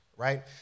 right